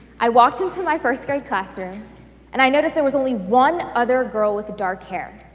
i walked into my first grade class room and i noticed there was only one other girl with dark hair.